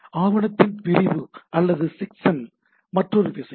ஆவணத்தின் பிரிவு அல்லது செக்ஸ்ன் மற்றொரு விஷயம்